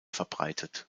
verbreitet